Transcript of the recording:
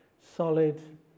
solid